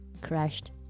crashed